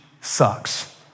sucks